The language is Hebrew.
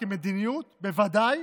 כמדיניות, בוודאי